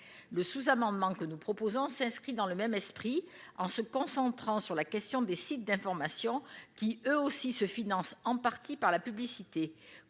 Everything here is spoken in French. Le sous-amendement que nous proposons s'inscrit dans le même esprit, en se concentrant sur les sites d'information, qui, eux aussi, se financent en partie par la publicité.